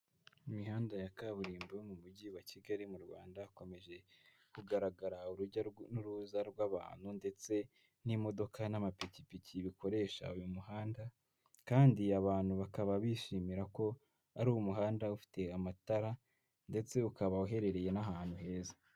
Imihanda ya kaburimbo mu mujyi wa Kigali mu Rwanda, hakomeje kugaragara urujya n'uruza rw'abantu ndetse n'imodoka n'amapikipiki bikoresha uyu muhanda, kandi abantu bakaba bishimira ko ari umuhanda ufite amatara ndetse ukaba uherereye n'ahantu heza.